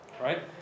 right